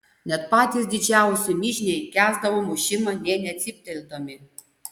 net patys didžiausi mižniai kęsdavo mušimą nė necypteldami